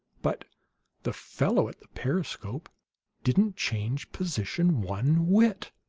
but the fellow at the periscope didn't change position one whit!